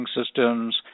systems